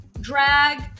drag